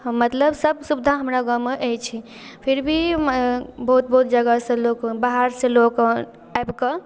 मतलब सब सुविधा हमरा गाममे अछि फिर भी बहुत बहुत जगहसँ लोग बाहरसँ लोक आबिकऽ